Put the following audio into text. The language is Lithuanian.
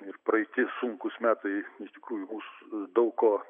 ir praeiti sunkūsmetai iš tikrųjų mus daug ko